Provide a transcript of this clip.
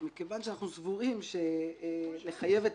מכיוון שאנחנו סבורים שלחייב את